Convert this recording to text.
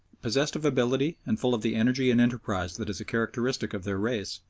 possessed of ability, and full of the energy and enterprise that is a characteristic of their race,